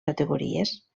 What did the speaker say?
categories